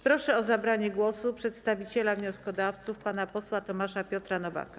Proszę o zabranie głosu przedstawiciela wnioskodawców pana posła Tomasza Piotra Nowaka.